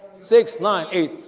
six nine eight.